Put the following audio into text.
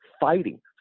fighting